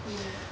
hmm